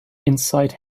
inside